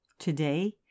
Today